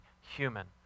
human